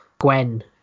Gwen